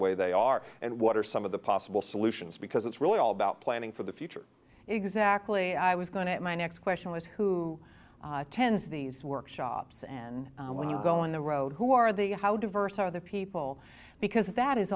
way they are and what are some of the possible solutions because it's really all about planning for the future exactly i was going to my next question is who attends these workshops and when you go in the road who are they how diverse are the people because that is